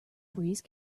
breeze